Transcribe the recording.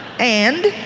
and?